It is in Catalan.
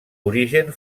origen